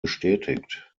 bestätigt